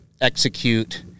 execute